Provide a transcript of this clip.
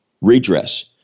redress